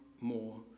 more